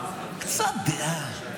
קצת דעה?